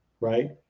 right